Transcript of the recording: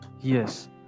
yes